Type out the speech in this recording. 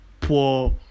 poor